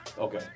Okay